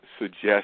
suggest